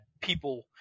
people –